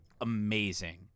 amazing